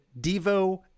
Devo